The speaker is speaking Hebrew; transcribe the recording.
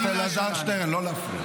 חבר הכנסת אלעזר שטרן, לא להפריע.